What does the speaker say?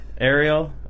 ariel